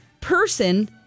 person